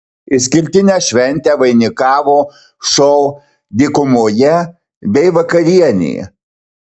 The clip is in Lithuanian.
išskirtinę šventę vainikavo šou dykumoje bei vakarienė